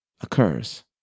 occurs